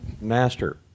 Master